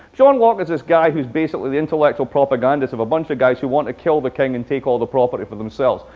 john locke is this guy who's basically the intellectual propagandist of a bunch of guys who want to kill the king and take all the property for themselves.